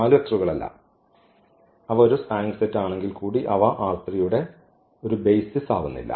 4 വെക്റ്ററുകളല്ല അവ ഒരു സ്പാനിങ് സെറ്റ് ആണെങ്കിൽ കൂടി അവ യുടെ ഒരു ബെയ്സിസ് ആവുന്നില്ല